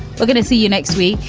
we're going to see you next week.